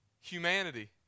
humanity